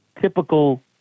typical